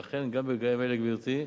ואכן, גם ברגעים אלה, גברתי,